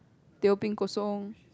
teh O peng kosong